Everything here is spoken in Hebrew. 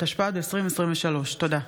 התשפ"ד 2023. תודה.